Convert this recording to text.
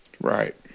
Right